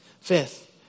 Fifth